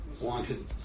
wanted